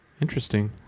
Interesting